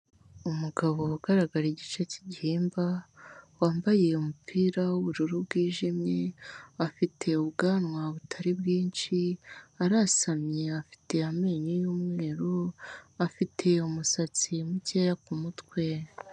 Umugabo ugaragara igice cy'igihimba, wambaye umupira w'ubururu bwijimye, afite ubwanwa butari bwinshi, arasamye afite amenyo y'umweru, afite umusatsi mukeya ku mutwe.